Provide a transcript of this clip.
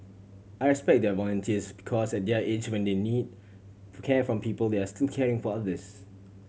I respect their volunteers because at their age when they need care from people they are still caring for others